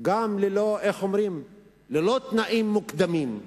ללא תנאים מוקדמים.